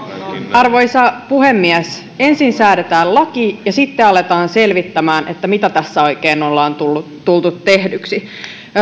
arvoisa puhemies ensin säädetään laki ja sitten aletaan selvittämään mitä tässä oikein on tullut tehdyksi